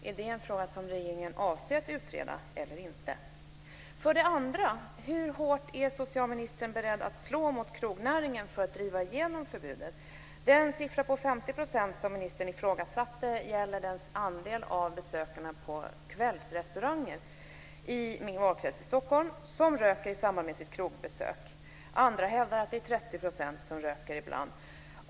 Är det något som regeringen avser att utreda eller inte? 50 % som ministern ifrågasatte gäller den andel besökare på kvällsrestauranger i min valkrets i Stockholm som röker i samband med sitt krogbesök. Andra hävdar att det är 30 % som ibland röker.